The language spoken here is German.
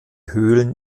höhlen